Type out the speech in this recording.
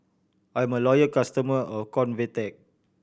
I'm a loyal customer of Convatec